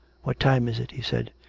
what time is it he said.